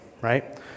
right